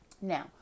now